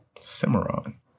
cimarron